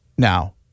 Now